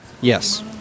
Yes